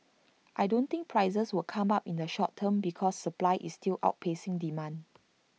I don't think prices will come up in the short term because supply is still outpacing demand